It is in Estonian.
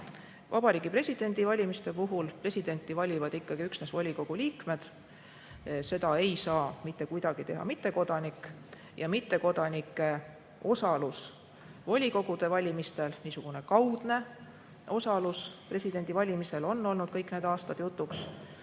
Vabariigi Presidendi valimiste puhul presidenti valivad ikkagi üksnes volikogu liikmed. Seda ei saa mitte kuidagi teha mittekodanik. Mittekodanike osalus volikogude valimistel, kaudne osalus presidendi valimisel on olnud kõik need aastad jutuks.